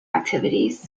activities